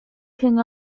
king